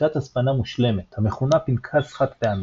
שיטת הצפנה "מושלמת" המכונה פנקס חד-פעמי.